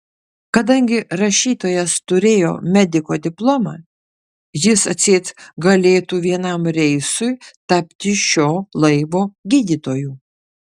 kadangi rašytojas turėjo mediko diplomą jis atseit galėtų vienam reisui tapti šio laivo gydytoju